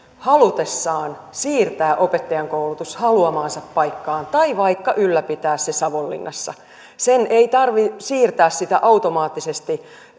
halutessaan siirtää opettajankoulutus haluamaansa paikkaan tai vaikka ylläpitää se savonlinnassa sen ei tarvitse siirtää sitä automaattisesti